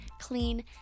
clean